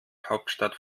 hauptstadt